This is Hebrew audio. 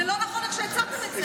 לא נכון איך שהצעתם את זה.